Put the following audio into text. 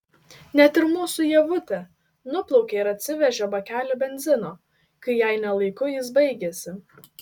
net ir mūsų ievutė nuplaukė ir atsivežė bakelį benzino kai jai ne laiku jis baigėsi